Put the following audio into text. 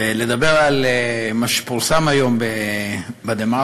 ולדבר על מה שפורסם היום ב"דה-מרקר",